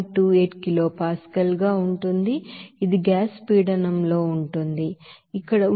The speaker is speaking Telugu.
28 కిలోపాస్కల్ గా ఉంటుంది ఇది గ్యాస్ ప్రెషర్ లో ఉంటుంది ఇక్కడ ఉష్ణోగ్రత 303